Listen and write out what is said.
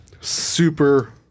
super